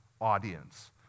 audience